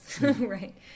right